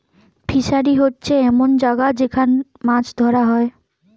fishery হোচ্ছে এমন জাগা যেখান মাছ ধোরা হয়